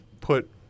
put